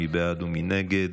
מי בעד ומי נגד?